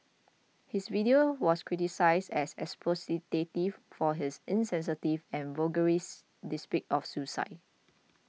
his video was criticised as exploitative for his insensitive and voyeuristic depiction of suicide